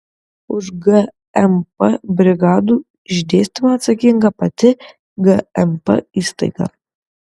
už gmp brigadų išdėstymą atsakinga pati gmp įstaiga